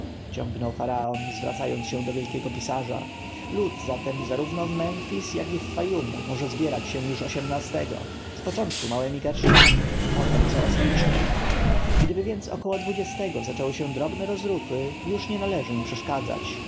faraon zwracając się do wielkiego pisarza lud zatem zarówno w memfis jak i w fayum może zbierać się już z początku małemi garściami potem coraz liczniej gdyby więc około dwudziestego zaczęło się drobne rozruchy już nie należy im przeszkadzać